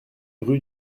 rue